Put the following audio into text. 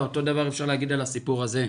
אז אותו הדבר אפשר להגיד על הסיפור הזה,